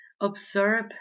Observe